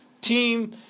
team